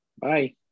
Bye